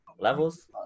Levels